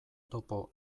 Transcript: topo